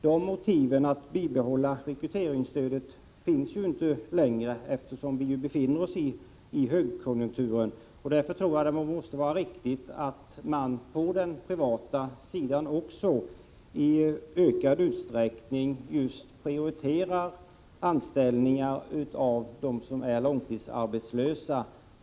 De motiven för att bibehålla rekryteringsstödet finns inte längre, eftersom vi befinner oss i högkonjunkturen. Därför tror jag att det måste vara riktigt att man också på den privata sidan i ökad utsträckning prioriterar anställning av dem som är långtidsarbetslösa.